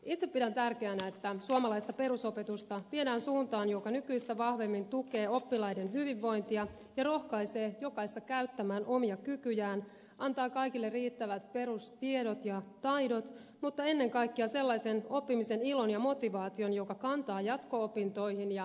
itse pidän tärkeänä että suomalaista perusopetusta viedään suuntaan joka nykyistä vahvemmin tukee oppilaiden hyvinvointia ja rohkaisee jokaista käyttämään omia kykyjään antaa kaikille riittävät perustiedot ja taidot mutta ennen kaikkea sellaisen oppimisen ilon ja motivaation joka kantaa jatko opintoihin ja läpi elämän